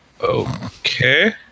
okay